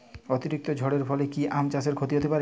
অতিরিক্ত ঝড়ের ফলে কি আম চাষে ক্ষতি হতে পারে?